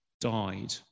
died